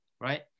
right